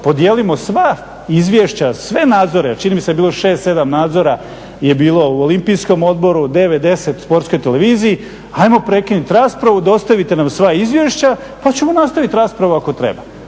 podijelimo sva izvješća, sve nadzore, a čini mi se da je bilo 6,7 nadzora je bilo u Olimpijskom odboru, 9,10 u Sportskoj televiziji, ajmo prekinut raspravu, dostavite nam sva izvješća pa ćemo nastaviti raspravu ako treba.